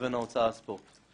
לבין ההוצאה על ספורט.